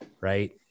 Right